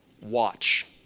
watch